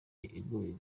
igoye